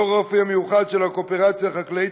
לאור האופי המיוחד של הקואופרציה החקלאית,